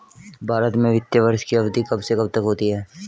भारत में वित्तीय वर्ष की अवधि कब से कब तक होती है?